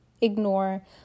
ignore